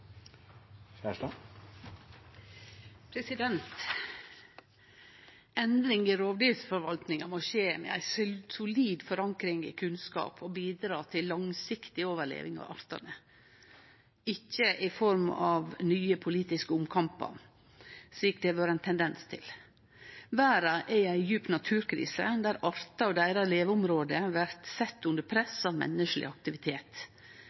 Endring i rovdyrforvaltninga må skje med ei solid forankring i kunnskap og bidra til langsiktig overleving av artane – ikkje i form av nye politiske omkampar, slik det har vore ein tendens til. Verda er i ei djup naturkrise, der artar og deira leveområde blir sette under